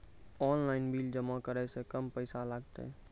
Online bill जमा करै से कम पैसा लागतै?